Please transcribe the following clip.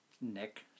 Nick